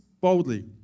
boldly